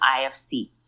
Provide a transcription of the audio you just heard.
IFC